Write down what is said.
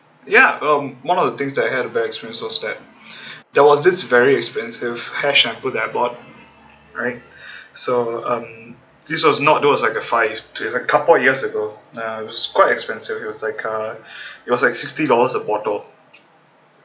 ya um one of the things that I had a bad experience was that there was this very expensive hair shampoo that I bought right so um this was not those like a five like a couple of years ago uh it was quite expensive it was like uh it was like sixty dollars a bottle